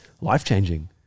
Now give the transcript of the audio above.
life-changing